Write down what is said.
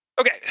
Okay